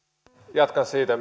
jatkan siitä